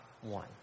one